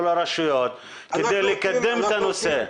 כדי לקדם את הנושא?